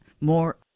more